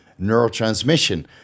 neurotransmission